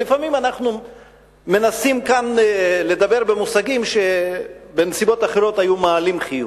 ולפעמים אנחנו מנסים כאן לדבר במושגים שבנסיבות אחרות היו מעלים חיוך.